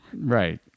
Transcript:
Right